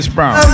Brown